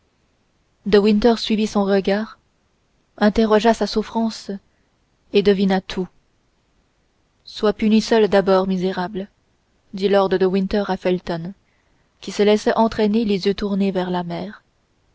winter suivit son regard interrogea sa souffrance et devina tout sois puni seul d'abord misérable dit lord de winter à felton qui se laissait entraîner les yeux tournés vers la mer